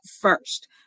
first